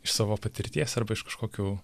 iš savo patirties arba iš kažkokių